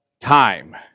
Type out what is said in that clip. time